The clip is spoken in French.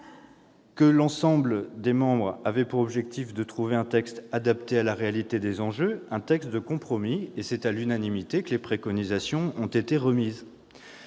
Tous les participants avaient pour objectif de trouver un texte adapté à la réalité des enjeux, un texte de compromis. C'est à l'unanimité que les préconisations ont été remises.